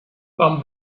from